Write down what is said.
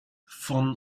von